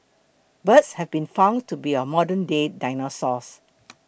birds have been found to be our modernday dinosaurs